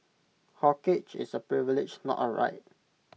corkage is A privilege not A right